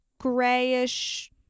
grayish